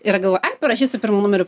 ir galvoju ai parašysiu pirmu numeriu